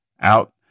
out